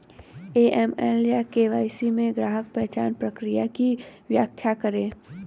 AML या KYC में ग्राहक पहचान प्रक्रिया की व्याख्या करें?